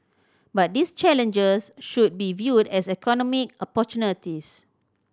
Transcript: but these challenges should be viewed as economic opportunities